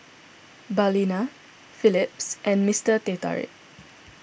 Balina Phillips and Mister Teh Tarik